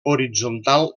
horitzontal